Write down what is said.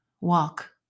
walk